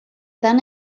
dan